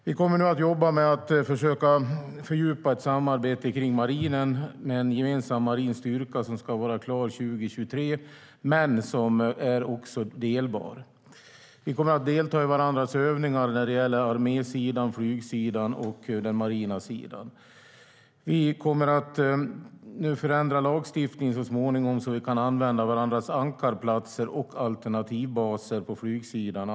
Vi kommer att jobba med att försöka fördjupa ett samarbete i marinen med en gemensam marin styrka som ska vara klar 2023 men som också kommer att vara delbar. Vi kommer att delta i varandras övningar inom armén, flyget och marinen. Vi kommer så småningom att förändra lagstiftningen så att vi kan använda varandras ankarplatser inom marinen och alternativbaser inom flyget.